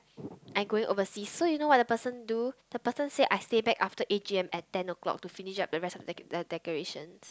I going overseas so you know what the person do the person say I stay back after A_G_M at ten o-clock to finish up the rest of decor~ the decorations